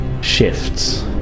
shifts